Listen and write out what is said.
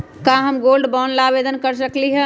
का हम gold bond ला आवेदन कर सकली ह?